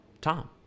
Tom